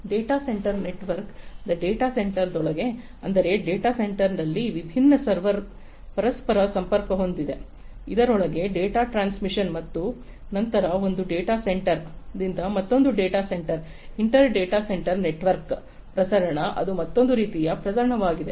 data centre ನೆಟ್ವರ್ಕ್ದ data centre ದೊಳಗೆ ಅಂದರೆ ಡೇಟಾ ಸೆಂಟರ್ದಲ್ಲಿ ವಿಭಿನ್ನ ಸರ್ವರ್ಗಳು ಪರಸ್ಪರ ಸಂಪರ್ಕ ಹೊಂದಿದ್ದು ಅದರೊಳಗೆ ಡೇಟಾ ಟ್ರಾನ್ಸ್ ಮಿಷನ್ ಮತ್ತು ನಂತರ ಒಂದು ಡೇಟಾ ಸೆಂಟರ್ದಿಂದ ಮತ್ತೊಂದು data centre inter data centre network ಪ್ರಸರಣ ಅದು ಮತ್ತೊಂದು ರೀತಿಯ ಪ್ರಸರಣವಾಗಿದೆ